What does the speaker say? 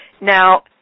now